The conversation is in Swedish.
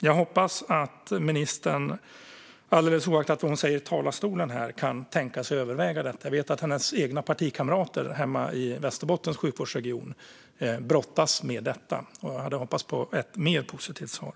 Jag hoppas att ministern alldeles oaktat vad hon säger här i talarstolen kan tänka sig att överväga detta. Jag vet att hennes egna partikamrater hemma i Västerbottens sjukvårdsregion brottas med detta. Jag hade hoppats på ett mer positivt svar.